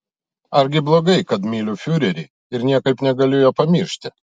argi blogai kad myliu fiurerį ir niekaip negaliu jo pamiršti